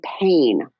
pain